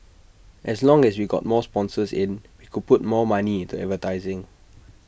as long as we got more sponsors in we could put more money into advertising